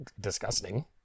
disgusting